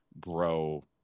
grow